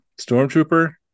stormtrooper